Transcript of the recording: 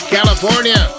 California